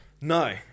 No